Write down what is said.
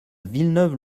villeneuve